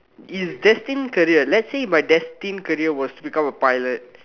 is destined career let's say my destined career was to become a pilot